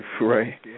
right